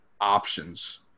options